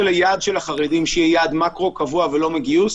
היעד של החרדים שיהיה יעד מקרו קבוע ולא מגיוס.